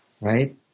right